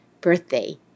birthday